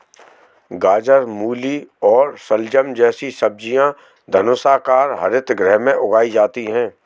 गाजर, मूली और शलजम जैसी सब्जियां धनुषाकार हरित गृह में उगाई जाती हैं